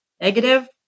negative